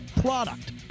product